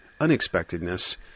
unexpectedness